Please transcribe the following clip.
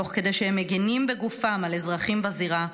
תוך שהם מגינים בגופם על אזרחים בזירה,